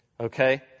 Okay